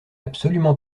absolument